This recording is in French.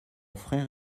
frère